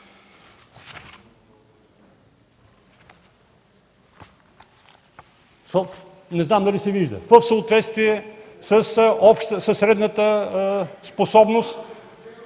Не знам дали се вижда: „В съответствие със средната способност,